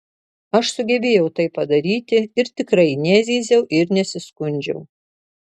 aš sugebėjau tai padaryti ir tikrai nezyziau ir nesiskundžiau